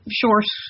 short